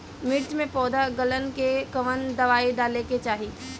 मिर्च मे पौध गलन के कवन दवाई डाले के चाही?